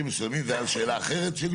מסוימים זה היה מענה לשאלה אחרת שלי